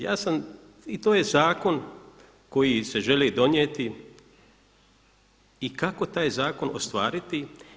Ja sam i to je zakon koji se želi donijeti i kako taj zakon ostvariti.